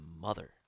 mother